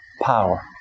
power